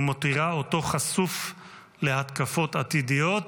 ומותירה אותו חשוף להתקפות עתידיות